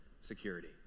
security